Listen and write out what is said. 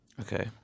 Okay